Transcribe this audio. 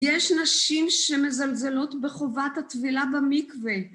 יש נשים שמזלזלות בחובת הטבילה במקווה